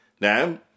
now